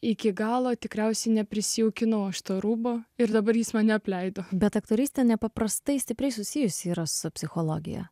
iki galo tikriausiai neprisijaukino šito rūbo ir dabar jis mane apleido bet aktorystė nepaprastai stipriai susijusi yra su psichologija